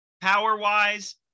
power-wise